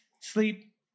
sleep